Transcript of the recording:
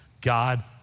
God